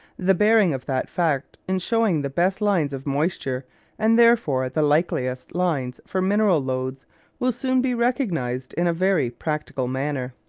the bearing of that fact in showing the best lines of moisture and therefore the likeliest lines for mineral lodes will soon be recognised in a very practical manner.